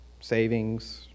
savings